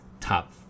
top